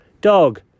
Dog